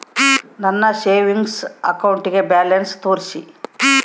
ನನ್ನ savings account balance ತೋರಿಸಿ?